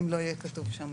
אם לא יהיה כתוב שם,